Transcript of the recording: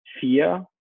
fear